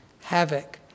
havoc